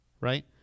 right